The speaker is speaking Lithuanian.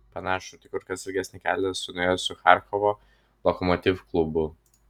panašų tik kur kas ilgesnį kelią esu nuėjęs su charkovo lokomotiv klubu